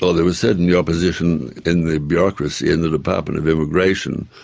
but there was certainly opposition in the bureaucracy, in the department of immigration.